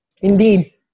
Indeed